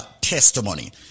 testimony